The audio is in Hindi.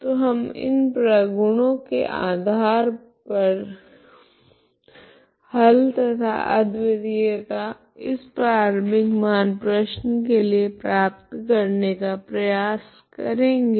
तो हम इन प्रगुणों के आधार पर हल तथा अद्वितीयता इस प्रारम्भिक मान प्रश्न के लिए प्राप्त करने का प्रयास करेगे